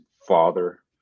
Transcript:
father